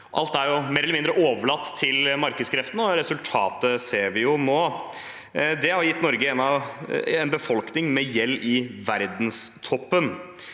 Alt er mer eller mindre overlatt til markedskreftene, og resultatet ser vi nå. Det har gitt Norge en befolkning med gjeld i verdenstoppen.